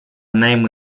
name